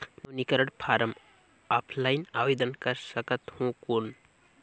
नवीनीकरण form offline आवेदन कर सकत हो कौन?